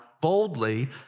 boldly